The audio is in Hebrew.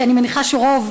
כי אני מניחה שרוב